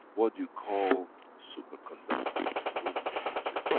what you call superconductors at room temperature,